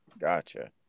Gotcha